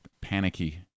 panicky